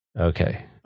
okay